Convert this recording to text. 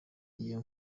iyo